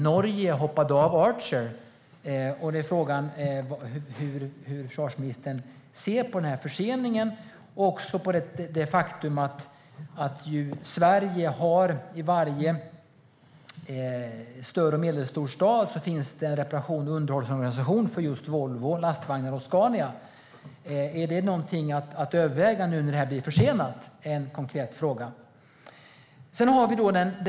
Norge hoppade av Archer, och då är frågan hur försvarsministern ser på denna försening och på att det Sverige i varje större eller medelstor stad finns en reparations och underhållsorganisation för just Volvo Lastvagnar och Scania. Är det någonting att överväga nu när detta har blivit försenat? Det är en konkret fråga.